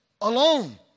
alone